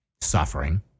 suffering